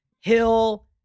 Hill